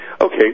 okay